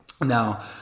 now